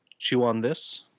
chewonthis